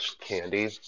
candy